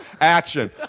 Action